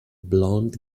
blond